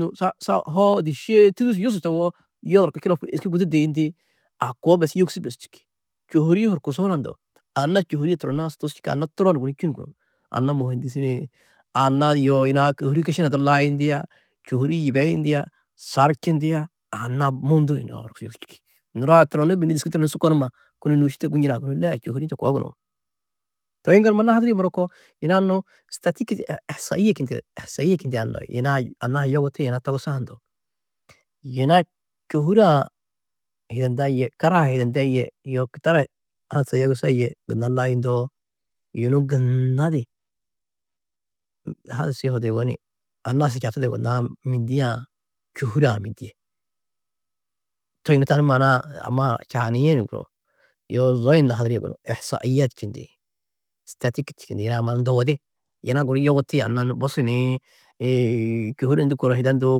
nû sa hoo dîšee, tûdusu yusu tewo yodurku čulopu êski gudi duyindi, a koo bes yogusî bes čîki, čôhuri-ĩ horkusu hunã ndo; anna čôhuri a turonna-ã su tusu čîkã anna turo ni gunú čû ni gunú, anna mûhendisine yê anna yoo yunu-ã čôhuri-ĩ kiši hunã du layindia, čôhuri-ĩ yibeyindia, sarčindia, anna mundu yuna-ã horkusu yogusî čîki, nuro a turonnu beni dûski turonu su konumma kunu nôuši to gunjinã gunú la čôhuri-ĩ to koo gunú, toi yiŋgaldu mbo nuhaduri muro ko yuna-ã nû istatîk du ihsaîe čindi; ihsaîe čindiã ndo, yuna-ã anna-ã yoguti yunu togusã ndo, yuna čôhure-ã hiyeyinda yê, karaha hiyeyinda yê, yoo kitara hadisa yogusa yê gunna layindoo, yunu gunna di hadis yohudo yugó ni anna-ã su čatudo yugonnãá mîndie-ã; čôhure-ã mîndie, to yunu tani maana-ã amma čaanîe ni gunú, yoo zo yunu nuhadurîe ni gunú, ihsaîaat čindi, istatîk čindi yuna-ã muro ndogudi, yuna guru yugoti anna guru bosu ni čôhure ndû kora hidendu.